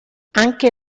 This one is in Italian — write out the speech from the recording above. anche